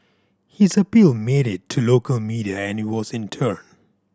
his appeal made it to local media and it was in turn